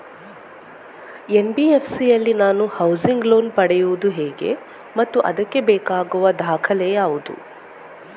NBFC ಯಲ್ಲಿ ನಾನು housing loan ಪಡೆಯುದು ಹೇಗೆ ಮತ್ತು ಅದಕ್ಕೆ ಬೇಕಾಗುವ ದಾಖಲೆ ಯಾವುದು?